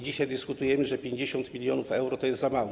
Dzisiaj dyskutujemy, że 50 mln euro to jest za mało.